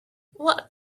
what